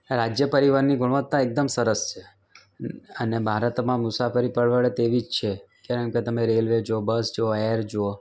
રાજ્ય પરિવહનની ગુણવત્તા એકદમ સરસ છે અને ભારતમાં મુસાફરી પરવડે તેવી જ છે કેમ કે તમે રેલવે જુઓ બસ જુઓ એર જુઓ